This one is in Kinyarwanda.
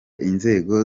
inzego